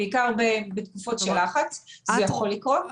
בעיקר בתקופות של לחץ זה יכול לקרות.